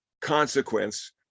consequence